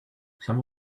some